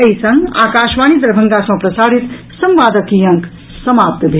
एहि संग आकाशवाणी दरभंगा सँ प्रसारित संवादक ई अंक समाप्त भेल